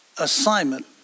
Assignment